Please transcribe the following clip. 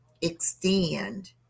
extend